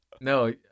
No